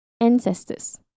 ancestors